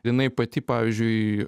jinai pati pavyzdžiui